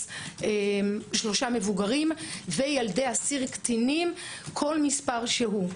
שלושה מבוגרים וילדי אסיר קטינים כל מספר הוא.